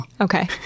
Okay